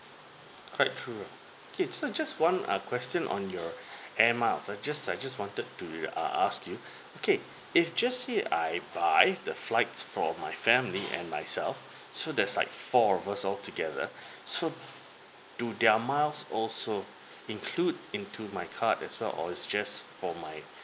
quite true ah okay so just one uh question on your air miles I just I just wanted to uh ask you okay if just say I buy the flights for my family and myself so there's like four of us all together so do their miles also include in to my card as well or is just for my